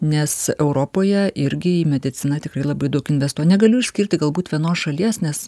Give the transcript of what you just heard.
nes europoje irgi į mediciną tikrai labai daug investuo negaliu išskirti galbūt vienos šalies nes